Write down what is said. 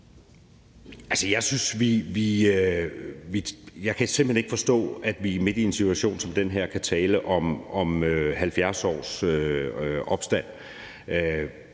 Jeg kan simpelt hen ikke forstå, at vi midt i en situation som den her kan tale om 70 års opstand.